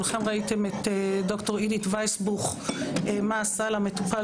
כולכם ראיתם את ד"ר וייסבוך מה עשה למטופל